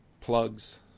plugs